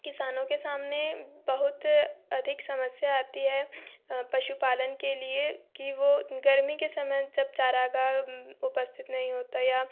किसानों के सामने बहुत अधिक समस्या आती है पशुपालन के लिए कि वो गर्मी के समय जब चारागाह उपस्थित नहीं होता या